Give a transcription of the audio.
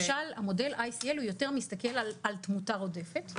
למשל, המודלICL הוא יותר מסתכל על תמותה עודפת.